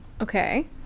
Okay